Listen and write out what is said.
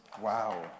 Wow